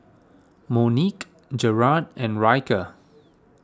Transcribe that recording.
Monique Jarad and Ryker